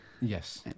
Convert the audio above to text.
yes